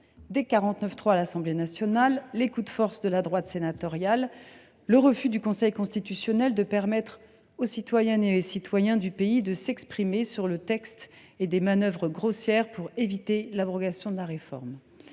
49.3 à l’Assemblée nationale, les coups de force de la droite sénatoriale, le refus du Conseil constitutionnel de permettre aux citoyennes et citoyens du pays de s’exprimer sur le texte et des manœuvres grossières pour éviter l’abrogation de la réforme.